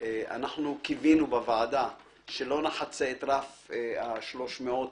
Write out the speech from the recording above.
קיווינו בוועדה שלא נחצה את רף ה-300,